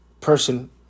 person